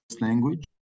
language